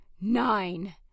nine